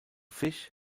fisch